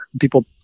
People